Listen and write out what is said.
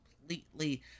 completely